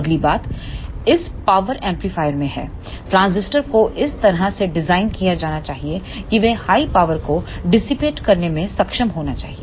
अगली बात इस पावर एम्पलीफायर में है ट्रांजिस्टर को इस तरह से डिज़ाइन किया जाना चाहिए कि वे हाई पावर को डिसिपेट करने में सक्षम होना चाहिए